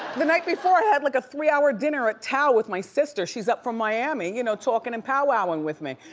the night before, i had like a three-hour dinner at tao with my sister. she's up from miami. you know talking and powwowing with me.